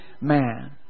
man